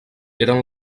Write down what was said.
eren